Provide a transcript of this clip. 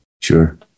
Sure